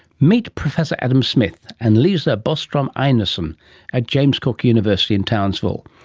meet professor adam smith and lisa bostrom-einarsson at james cook university in townsville.